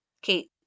Kate